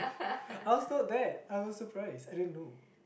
I was not there I was surprised I didn't know